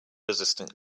resistant